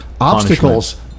obstacles